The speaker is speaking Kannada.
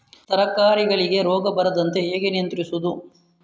ತರಕಾರಿಗಳಿಗೆ ರೋಗಗಳು ಬರದಂತೆ ಹೇಗೆ ನಿಯಂತ್ರಿಸುವುದು?